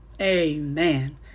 Amen